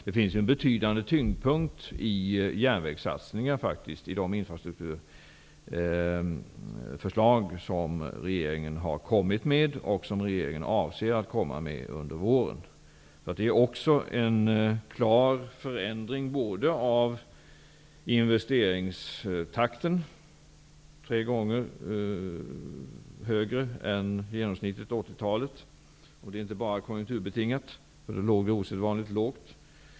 Tyngdpunkten ligger faktiskt på järnvägssatsningar i de infrastrukturförslag som regeringen har kommit med och som regeringen avser att komma med under våren. Det är för det första en klar förändring i investeringstakten, tre gånger högre än genomsnittet för 80-talet, och det är inte bara konjunkturbetingat, för då låg vi osedvanligt lågt.